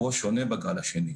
בגל השני,